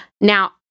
Now